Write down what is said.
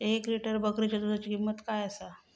एक लिटर बकरीच्या दुधाची किंमत काय आसा?